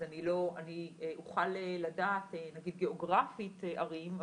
אז אני אוכל לדעת נגיד גאוגרפית ערים,